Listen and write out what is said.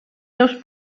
seus